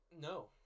No